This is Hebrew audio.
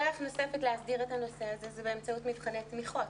דרך נוספת להסדיר את הנושא הזה היא באמצעות מבחני תמיכות,